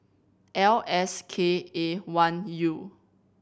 L S K A one U